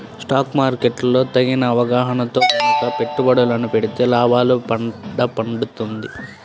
stock market లో తగిన అవగాహనతో గనక పెట్టుబడులను పెడితే లాభాల పండ పండుతుంది